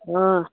हाँ